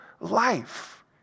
life